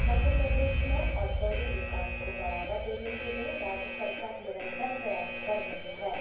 मध्य प्रदेश में औद्योगिक विकास को बढ़ावा देने के लिए राज्य सरकार निरंतर प्रयास कर रही है